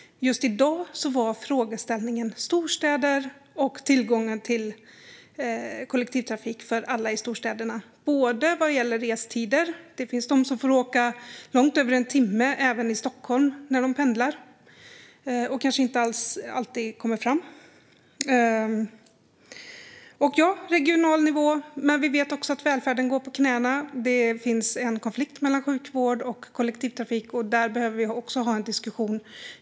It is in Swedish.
Just i dag gällde frågeställningen storstäder och tillgången till kollektivtrafik för alla i storstäderna. Det gäller bland annat restider. Det finns de som får åka långt över en timme även i Stockholm när de pendlar, och de kommer kanske inte alltid fram. Ja, det handlar om regional nivå. Men vi vet också att välfärden går på knäna. Det finns en konflikt mellan sjukvård och kollektivtrafik. Där behöver vi också ha en diskussion.